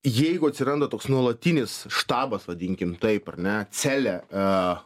jeigu atsiranda toks nuolatinis štabas vadinkim taip ar ne celė a